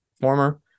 former